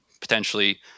potentially